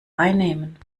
einnehmen